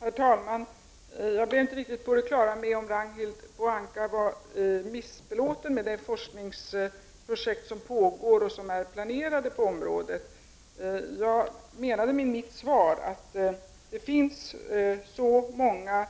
Herr talman! Jag blev inte riktigt på det klara med om Ragnhild Pohanka var missbelåten med de forskningsprojekt som pågår och som är planerade på området. Det jag menade med mitt svar är att det nu finns så många